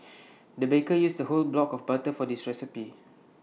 the baker used A whole block of butter for this recipe